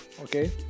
okay